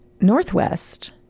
Northwest